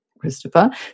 Christopher